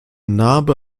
narbe